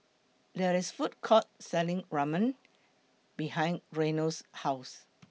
There IS A Food Court Selling Ramen behind Reno's House